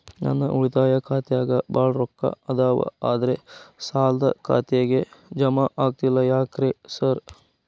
ನನ್ ಉಳಿತಾಯ ಖಾತ್ಯಾಗ ಬಾಳ್ ರೊಕ್ಕಾ ಅದಾವ ಆದ್ರೆ ಸಾಲ್ದ ಖಾತೆಗೆ ಜಮಾ ಆಗ್ತಿಲ್ಲ ಯಾಕ್ರೇ ಸಾರ್?